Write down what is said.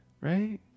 right